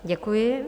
Děkuji.